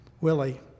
Willie